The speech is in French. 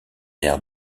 air